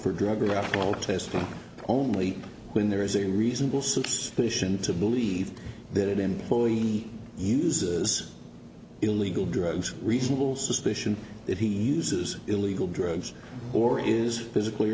for drug or alcohol testing only when there is a reasonable suspicion to believe that employee uses illegal drugs reasonable suspicion that he uses illegal drugs or is physically